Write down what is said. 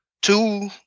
two